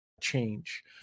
change